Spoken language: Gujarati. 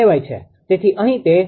તેથી અહીં તે 0